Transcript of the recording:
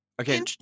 Okay